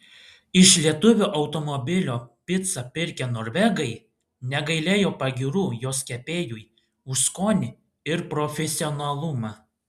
iš lietuvio automobilio picą pirkę norvegai negailėjo pagyrų jos kepėjui už skonį ir profesionalumą